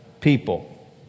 people